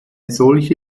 solche